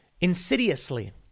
insidiously